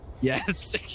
Yes